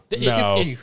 no